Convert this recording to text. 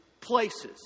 places